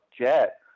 Jet